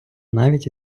навіть